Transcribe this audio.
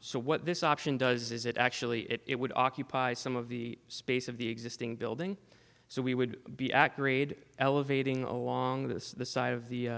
so what this option does is it actually it would occupy some of the space of the existing building so we would be accurate elevating along the side of the